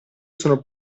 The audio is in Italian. sono